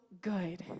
good